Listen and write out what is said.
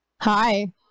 Hi